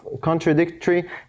contradictory